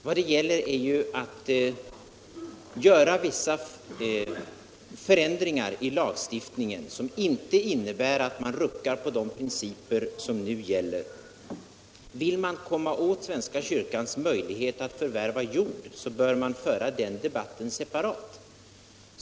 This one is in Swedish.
Vad det gäller är ju att göra vissa förändringar i lagstiftningen som inte innebär att man ruckar på de principer som nu gäller. Vill man komma åt svenska kyrkans möjlighet att förvärva jord. bör man föra den debatten separat.